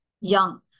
young